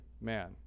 man